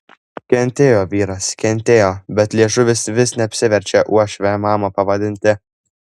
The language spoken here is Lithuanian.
kentėjo vyras kentėjo bet liežuvis vis neapsiverčia uošvę mama pavadinti